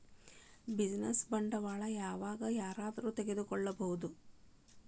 Business ಬಾಂಡ್ಗಳನ್ನ ಯಾವಾಗ್ ಯಾರ್ ಬೇಕಾದ್ರು ತಗೊಬೊದು?